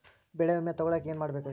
ಬೆಳೆ ವಿಮೆ ತಗೊಳಾಕ ಏನ್ ಮಾಡಬೇಕ್ರೇ?